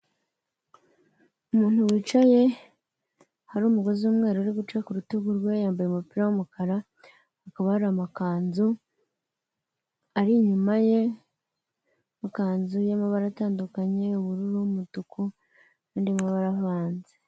Umuntu wicaye, hari umugozi w'umweru uri guca ku rutugu rwe yambaye umupira w'umukara, hakaba hari amakanzu ari inyuma ye, amakanzu y'amabara atandukanye ubururu, umutuku, n'andi mabara avanze.